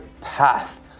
path